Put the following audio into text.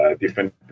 different